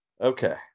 Okay